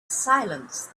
silence